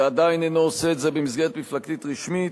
ועדיין אינו עושה את זה במסגרת מפלגתית רשמית,